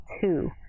two